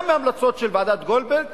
גם להמלצות של ועדת-גולדברג,